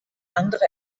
andere